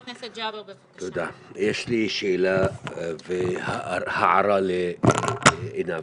יש לי שאלה והערה לעינב.